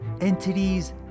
entities